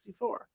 1964